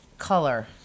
color